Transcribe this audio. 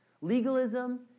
Legalism